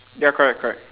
ya correct correct